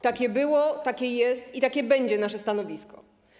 Takie było, takie jest i takie będzie nasze stanowisko.